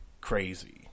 crazy